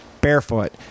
barefoot